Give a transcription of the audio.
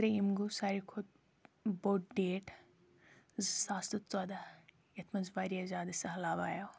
ترٚیِم گوٚو ساروی کھۄتٕہ بوٚڈ ڈیٹ زٕ ساس تٕہ ژۄٚداہ یَتھ منز واریاہ زیاد سہلاب آیاو